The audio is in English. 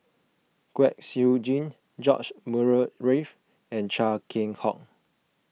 Kwek Siew Jin George Murray Reith and Chia Keng Hock